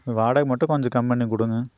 வாடகை மட்டும் கொஞ்சம் கம்மி பண்ணிக் கொடுங்க